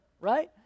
right